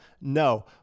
no